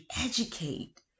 educate